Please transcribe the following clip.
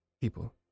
people